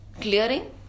clearing